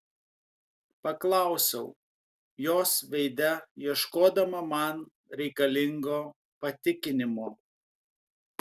paklausiau jos veide ieškodama man reikalingo patikinimo